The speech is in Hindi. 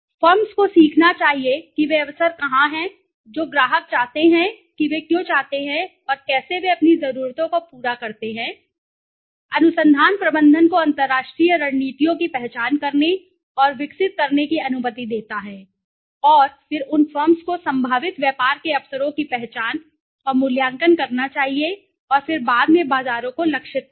फर्म्स को सीखना चाहिए कि वे अवसर कहां हैं जो ग्राहक चाहते हैं कि वे क्यों चाहते हैं और कैसे वे अपनी जरूरतों को पूरा करते हैं और ठीक चाहते हैं अनुसंधान प्रबंधन को अंतर्राष्ट्रीय रणनीतियों की पहचान करने और विकसित करने की अनुमति देता है और फिर उन फर्म्स को संभावित व्यापार के अवसरों की पहचान और मूल्यांकन करना चाहिए और फिर बाद में बाजारों को लक्षित करें